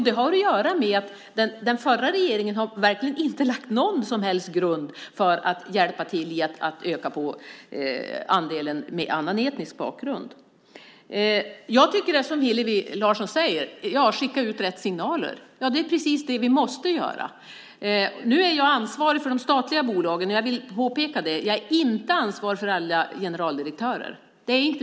Det har att göra med att den förra regeringen verkligen inte har lagt någon som helst grund för att hjälpa till med att öka andelen med annan etnisk bakgrund. Jag tycker också, som Hillevi Larsson säger, att vi ska skicka ut rätt signaler. Det är precis det vi måste göra. Nu är jag ansvarig för de statliga bolagen, och jag vill påpeka att jag inte är ansvarig för alla generaldirektörer.